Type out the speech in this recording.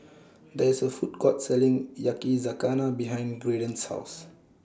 There IS A Food Court Selling Yakizakana behind Graydon's House